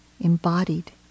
embodied